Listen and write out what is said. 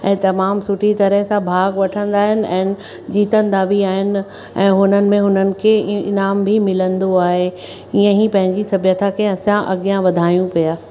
ऐं तमामु सुठी तरह सां भाॻु वठंदा आहिनि ऐं जितंदा बि आहिनि ऐं हुननि में हुननि खे ईनाम बि मिलंदो आहे इअं ही पंहिंजी सभ्यता खे असां अॻिया वधायूं पिया